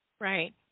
Right